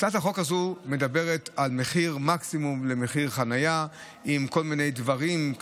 הצעת החוק הזו מדברת על מחיר מקסימום לחניה עם כל מיני דברים,